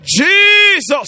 Jesus